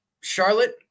Charlotte